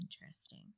interesting